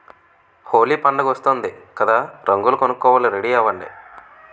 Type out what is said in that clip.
హోలీ పండుగొస్తోంది కదా రంగులు కొనుక్కోవాలి రెడీ అవ్వండి